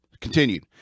continued